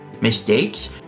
Mistakes